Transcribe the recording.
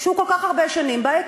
שהוא כל כך הרבה שנים בה,